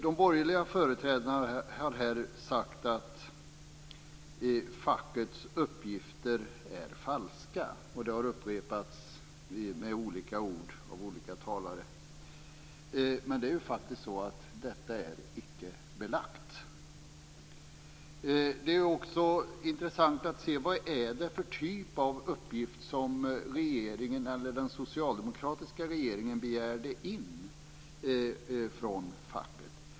De borgerliga företrädarna har här sagt att fackets uppgifter är falska. Det har upprepats med olika ord av olika talare. Detta är icke belagt. Det är också intressant att se: Vad är det för typ av uppgift som den socialdemokratiska regeringen begärde att få in från facket?